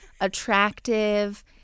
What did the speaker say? attractive